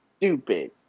stupid